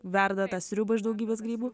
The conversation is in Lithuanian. verda tą sriubą iš daugybės grybų